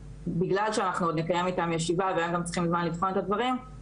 בגלל שאנחנו עוד נקיים איתם ישיבה והם גם צריכים זמן לבחון את הדברים,